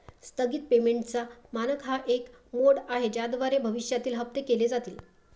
स्थगित पेमेंटचा मानक हा एक मोड आहे ज्याद्वारे भविष्यातील हप्ते केले जातील